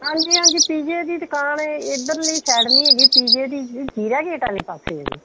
ਹਾਂਜੀ ਹਾਂਜੀ ਪੀਜੇ ਦੀ ਦੁਕਾਨ ਹੈ ਇਧਰਲੀ ਸਾਈਡ ਨਹੀਂ ਹੈਗੀ ਪੀਜੇ ਦੀ ਜੀਰਾ ਗੇਟ ਵਾਲੇ ਪਾਸੇ ਹੈ ਜੀ